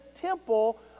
temple